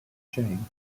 chain